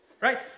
right